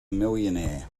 millionaire